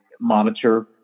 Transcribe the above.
monitor